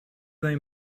they